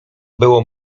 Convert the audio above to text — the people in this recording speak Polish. było